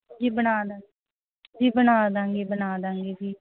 ਜੀ ਬਣਾ ਦਵਾਂਗੇ ਜੀ ਬਣਾ ਦਵਾਂਗੇ ਬਣਾ ਦਵਾਂਗੇ ਜੀ